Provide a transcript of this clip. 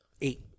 Eight